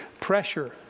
pressure